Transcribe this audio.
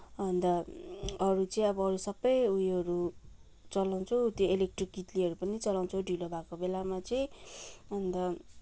अन्त अरू चाहिँ अब सबै उ योहरू चलाउँछु त्यो इलेक्ट्रिक कित्लीहरू पनि चलाउँछु ढिलो भएको बेलामा चाहिँ अन्त